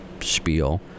spiel